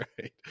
right